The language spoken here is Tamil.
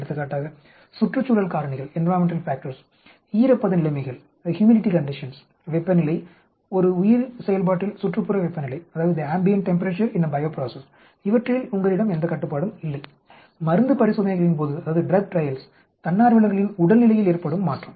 எடுத்துக்காட்டாக சுற்றுச்சூழல் காரணிகள் ஈரப்பத நிலைமைகள் வெப்பநிலை ஒரு உயிர் செயல்பாட்டில் சுற்றுப்புற வெப்பநிலை இவற்றில் உங்களிடம் எந்த கட்டுப்பாடும் இல்லை மருந்து பரிசோதனைகளின்போது தன்னார்வலர்களின் உடல்நிலையில் ஏற்படும் மாற்றம்